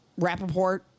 Rappaport